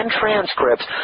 transcripts